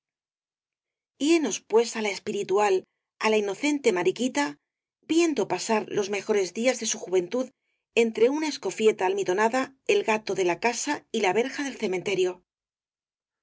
y henos pues á la espiritual á la inocente mariquita viendo pasar los mejores días de su juventud entre una escofieta almidonada el gato de la casa y la verja del cementerio